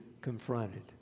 confronted